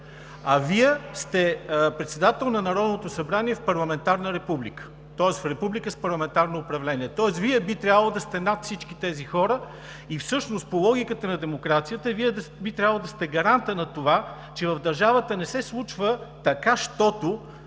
Вие сте председател на Народното събрание в парламентарна република, тоест в република с парламентарно управление. Вие би трябвало да сте над всички тези хора и всъщност по логиката на демокрацията Вие би трябвало да сте гарантът на това, че в държавата не се случва така, щото